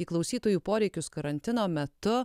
į klausytojų poreikius karantino metu